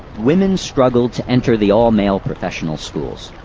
women struggled to enter the all-male professional schools.